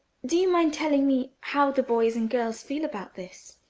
do you mind telling me how the boys and girls feel about this?